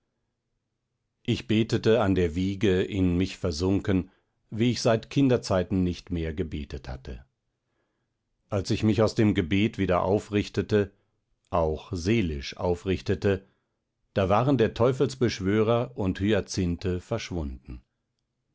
ich betete an der wiege in mich versunken wie ich seit kinderzeiten nicht mehr gebetet hatte als ich mich aus dem gebet wieder aufrichtete auch seelisch aufrichtete da waren der teufelsbeschwörer und hyacinthe verschwunden